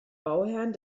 bauherren